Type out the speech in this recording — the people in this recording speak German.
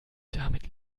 damit